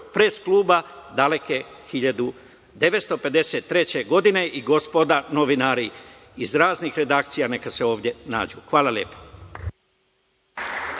pres kluba, daleke 1953. godine i gospoda novinari, iz raznih redakcija, neka se ovde nađu. Hvala.